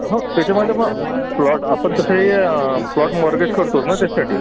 हो त्याच्यामध्ये मग प्लॉट आपण तसंही प्लॉट मॉर्गेट करतोच ना त्याचसाठी